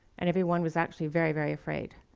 and everyone was actually very, very afraid.